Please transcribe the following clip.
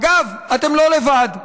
אגב, אתם לא לבד.